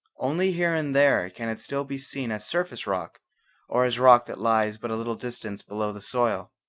only here and there can it still be seen as surface rock or as rock that lies but a little distance below the soil.